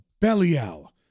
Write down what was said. Belial